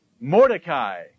Mordecai